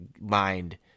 mind –